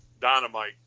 Dynamite